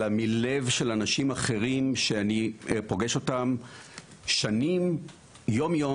אלא מלב של אנשים אחרים שאני פוגש שנים יום-יום,